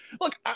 Look